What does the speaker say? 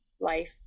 life